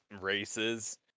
races